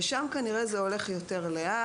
כל הנושא של היישום שם זה כנראה הולך יותר לאט,